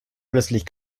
plötzlich